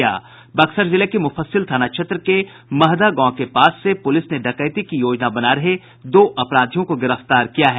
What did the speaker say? बक्सर जिले के मुफस्सिल थाना क्षेत्र के महदह गांव के पास से पुलिस ने डकैती की योजना बना रहे दो अपराधियों को गिरफ्तार किया है